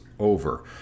over